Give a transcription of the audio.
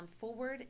forward